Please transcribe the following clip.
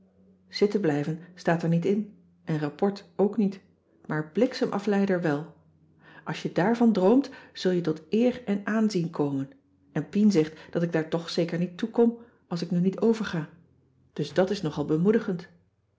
zitten blijven staat er niet in en rapport ook niet maar bliksemafleider wel als je daarvan droomt zul je tot eer en aanzien komen en pien zegt dat ik daar toch zeker niet toe kom als ik nu niet overga dus dat is nogal bemoedigend